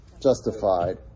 Justified